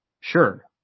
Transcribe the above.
sure